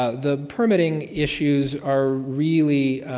ah the permitting issues are really,